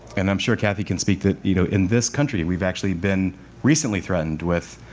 and i'm sure kathy can speak that you know in this country we've actually been recently threatened with